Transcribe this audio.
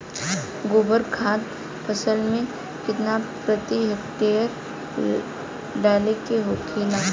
गोबर खाद फसल में कितना प्रति हेक्टेयर डाले के होखेला?